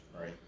right